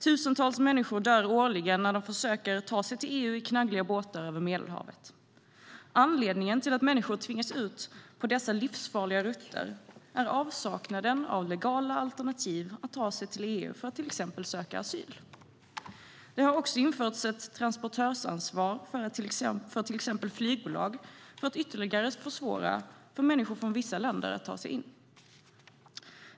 Tusentals människor dör årligen när de försöker ta sig till EU i knaggliga båtar över Medelhavet. Anledningen till att människor tvingas ut på dessa livsfarliga rutter är avsaknaden av legala sätt att ta sig till EU för att till exempel söka asyl. Det har också införts ett transportörsansvar för till exempel flygbolag för att ytterligare försvåra för människor från vissa länder att ta sig in.